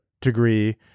degree